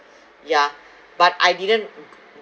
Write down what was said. yeah but I didn't